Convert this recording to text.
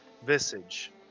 visage